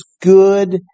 good